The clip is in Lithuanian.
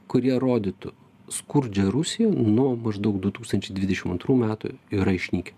kurie rodytų skurdžią rusiją nuo maždaug du tūkstančiai dvidešim antrų metų yra išnykę